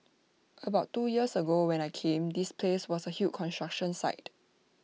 about two years ago when I came this place was A huge construction site